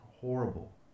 horrible